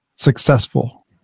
successful